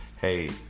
hey